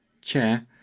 chair